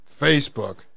Facebook